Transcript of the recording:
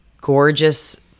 gorgeous